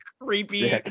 creepy